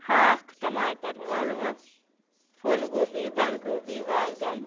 ہاکھ ٹَماٹر ٲلوٕ پھوٗل گوبی بندگوبی وانٛگن